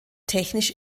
technisch